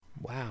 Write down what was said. Wow